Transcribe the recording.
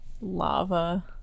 lava